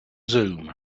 zoom